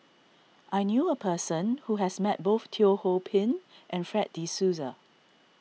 I knew a person who has met both Teo Ho Pin and Fred De Souza